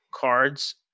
cards